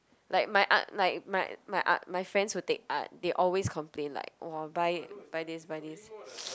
like my art like my my art my friends who take art they always complain like !wah! buy buy this buy this